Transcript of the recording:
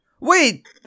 Wait